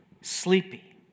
Sleepy